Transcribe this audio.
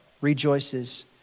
rejoices